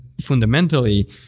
fundamentally